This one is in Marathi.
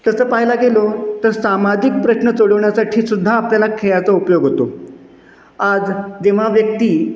तसं पाहायला गेलो तर सामाजिक प्रश्न सोडवण्यासाठीसुद्धा आपल्याला खेळाचा उपयोग होतो आज जेव्हा व्यक्ती